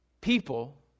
people